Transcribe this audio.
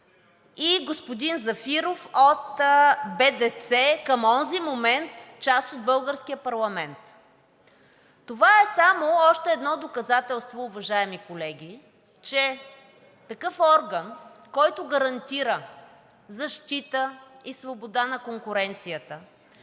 и господин Зафиров от БДЦ, към онзи момент част от българския парламент. Това е само още едно доказателство, уважаеми колеги, че такъв орган, който гарантира защита и свобода на конкуренцията,